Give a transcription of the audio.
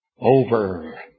over